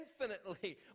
infinitely